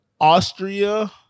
Austria